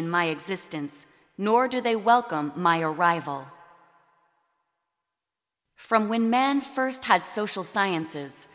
in my existence nor do they welcome my arrival from when men first had social sciences